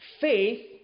faith